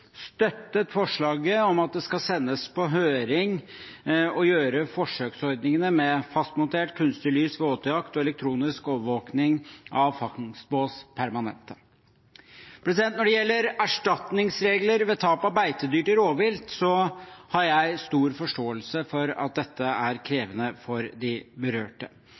at det skal sendes på høring et forslag om å gjøre forsøksordningene med fastmontert kunstig lys ved åtejakt og elektronisk overvåkning av fangstbås permanente. Når det gjelder erstatningsregler ved tap av beitedyr til rovvilt, har jeg stor forståelse for at dette er krevende for de berørte.